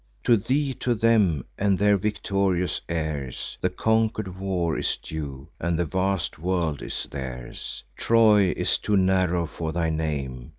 to thee, to them, and their victorious heirs, the conquer'd war is due, and the vast world is theirs. troy is too narrow for thy name.